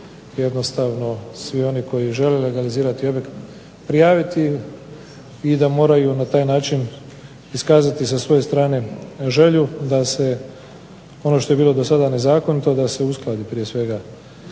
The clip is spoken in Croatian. jednostavno svi oni koji žele legalizirati objekt prijaviti i da moraju na taj način iskazati sa svoje strane želju da se ono što je bilo do sada nezakonito da se uskladi prije svega